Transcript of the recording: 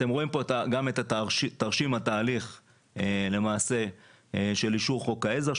אתם רואים פה למעשה את תרשים התהליך של איור חוק העזר,